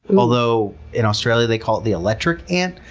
and although in australia they call it the electric ant.